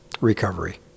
recovery